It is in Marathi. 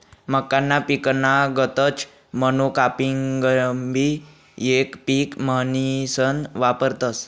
मक्काना पिकना गतच मोनोकापिंगबी येक पिक म्हनीसन वापरतस